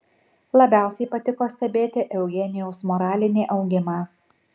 labiausiai patiko stebėti eugenijaus moralinį augimą